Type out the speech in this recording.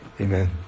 Amen